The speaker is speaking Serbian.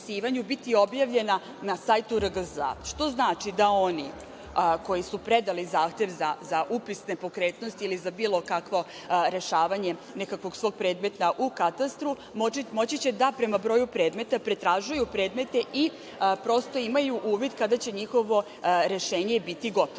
biti objavljena na sajtu RGZ, što znači da oni koji su predali zahtev za upis nepokretnosti ili za bilo kakvo rešavanje nekakvog svog predmeta u katastru, moći će da prema broju predmeta pretražuju predmete i, prosto, imaju uvid kada će njihovo rešenje biti gotovo.